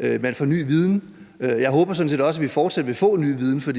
data og ny viden. Jeg håber sådan set også, at vi fortsat vil få ny viden, for